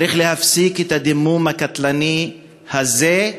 צריך להפסיק את הדימום הקטלני הזה,